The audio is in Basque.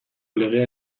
legea